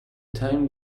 time